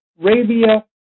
Arabia